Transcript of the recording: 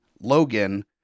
Logan